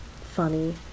funny